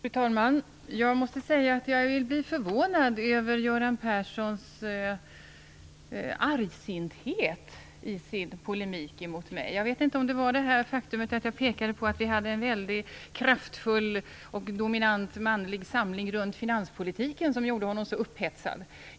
Fru talman! Jag måste säga att jag blir förvånad över Göran Perssons argsinthet i sin polemik mot mig. Jag vet inte om det berodde på det faktum att jag pekade på att vi har en väldigt kraftfull och dominant manlig samling runt finanspolitiken som gjorde honom så upphetsad.